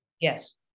yes